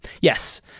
Yes